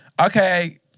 Okay